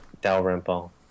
dalrymple